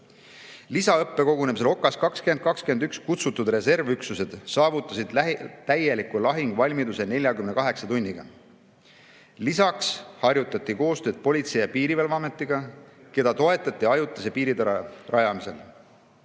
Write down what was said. Lisaõppekogunemisele "Okas 2021" kutsutud reservüksused saavutasid täieliku lahinguvalmiduse 48 tunniga. Lisaks harjutati koostööd Politsei‑ ja Piirivalveametiga, keda toetati ajutise piiritara rajamisel.